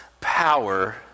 power